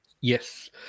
Yes